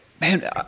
man